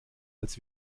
als